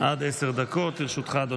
להעביר לשר במשרד